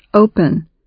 open